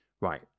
right